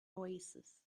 oasis